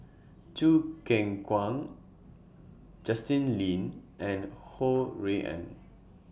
Choo Keng Kwang Justin Lean and Ho Rui An